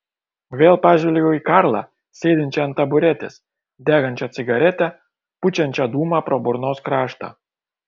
vėl pažvelgiau į karlą sėdinčią ant taburetės degančią cigaretę pučiančią dūmą pro burnos kraštą